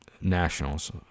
Nationals